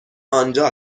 آنجا